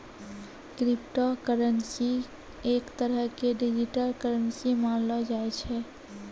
crypto currency एक तरह के डिजिटल करन्सी मानलो जाय छै